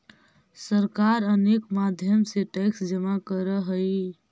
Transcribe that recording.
सरकार अनेक माध्यम से टैक्स जमा करऽ हई